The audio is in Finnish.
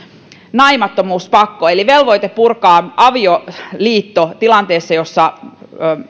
naimattomuuspakko eli velvoite purkaa avioliitto tilanteessa jossa